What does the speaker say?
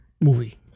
movie